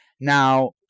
Now